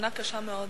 שנה קשה מאוד.